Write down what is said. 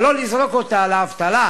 אבל לא לזרוק אותה לאבטלה,